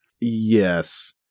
Yes